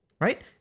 right